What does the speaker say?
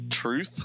truth